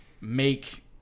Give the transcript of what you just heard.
make